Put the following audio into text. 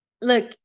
look